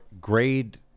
Grade